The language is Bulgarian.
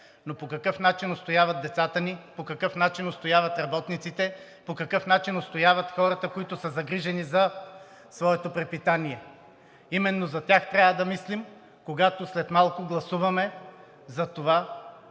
но по какъв начин устояват децата ни, по какъв начин устояват работниците, по какъв начин устояват хората, които са загрижени за своето препитание? Именно за тях трябва да мислим, когато след малко гласуваме за това